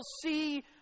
see